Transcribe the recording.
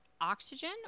oxygen